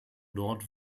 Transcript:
dort